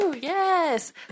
Yes